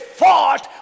fought